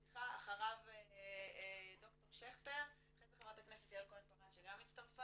אחריו ד"ר שכטר אחרי זה חברת הכנסת יעל כהן-פארן שגם הצטרפה.